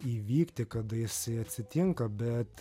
įvykti kada jisai atsitinka bet